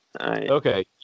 Okay